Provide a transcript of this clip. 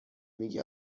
میگه